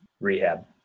rehab